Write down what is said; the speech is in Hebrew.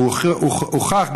והוכח,